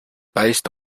based